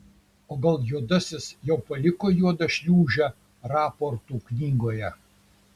o gal juodasis jau paliko juodą šliūžę raportų knygoje